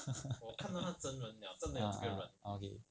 ah ah okay